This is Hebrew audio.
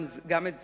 גם את זה.